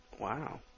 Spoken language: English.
wow